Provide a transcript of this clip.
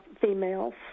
females